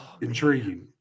Intriguing